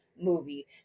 movie